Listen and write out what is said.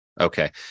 Okay